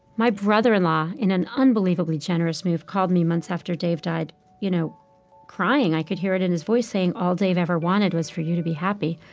my brother-in-law, in an unbelievably generous move, called me months after dave died you know crying i could hear it in his voice saying, all dave ever wanted was for you to be happy.